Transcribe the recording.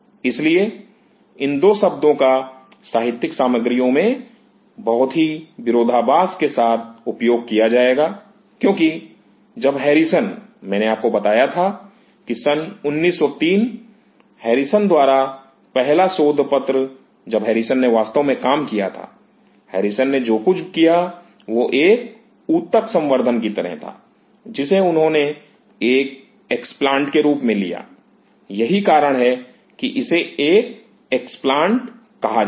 इसलिए इन 2 शब्दों का साहित्यिक सामग्रियों में बहुत ही विरोधाभास के साथ उपयोग किया जाएगा क्योंकि जब हैरिसन मैंने आपको बताया था कि सन 1903 हैरिसन द्वारा पहला शोध पत्र जब हैरिसन ने वास्तव में काम किया था हैरिसन ने जो कुछ किया वह एक ऊतक संवर्धन की तरह था जिसे उन्होंने एक एक्सप्लांट के रूप में लिया यही कारण है कि इसे एक एक्सप्लांट कहा जाता है